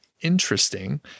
Interesting